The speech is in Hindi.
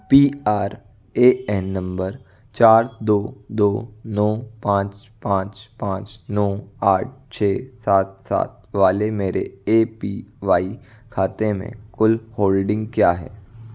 P R A N number चार दो दो नौ पाँच पाँच पाँच नौ आठ छ सात सात वाले मेरे ए पी वाई खाते में कुल होल्डिंग क्या है